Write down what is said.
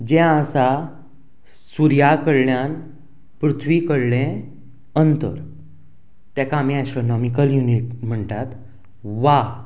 जें आसा सुर्या कडल्यान पृथ्वी कडलें अंतर तेका आमी एस्ट्रोनॉमीकल युनिट म्हणटात वा